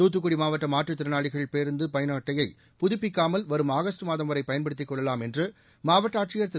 தூத்துக்குடி மாவட்ட மாற்றுத்திறனாளிகள் பேருந்து பயண அட்டையை புதுப்பிக்காமல் வரும் ஆகஸ்ட் மாதம் வரை பயன்படுத்தி கொள்ளலாம் என்று மாவட்ட ஆட்சியர் திரு